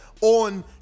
on